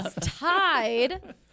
tied